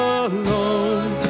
alone